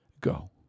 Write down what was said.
go